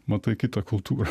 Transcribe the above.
matai kitą kultūrą